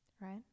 right